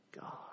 God